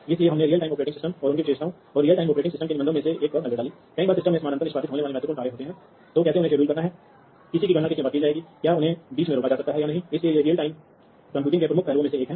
और फील्डबस के लिए व्यापक नैदानिक सुविधा प्रदान की जाती है क्षेत्र नियंत्रण के लिए भी समर्थन है जो कि पीआईडी है जैसे नियंत्रक उपकरणों पर लगाए जा सकते हैं और उन्हें पूरे स्टेशन से कमांड किया जा सकता है ताकि उन्हें कॉन्फ़िगर किया जा सके इसलिए फील्डबस में ऐसे क्षेत्र स्तर नियंत्रण समर्थन मौजूद है